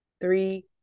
three